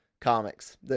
comics